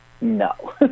no